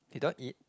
you don't eat